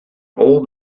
old